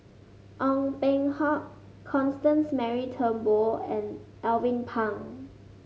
Ong Peng Hock Constance Mary Turnbull and Alvin Pang